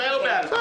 בעל-פה.